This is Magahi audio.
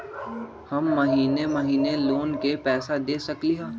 हम महिने महिने लोन के पैसा दे सकली ह?